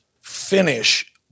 finish